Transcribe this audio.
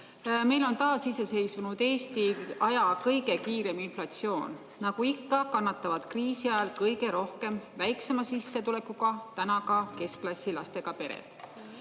Meil on taasiseseisvunud Eesti aja kõige kiirem inflatsioon. Nagu ikka kannatavad kriisi ajal kõige rohkem väiksema sissetulekuga, täna ka keskklassi lastega pered.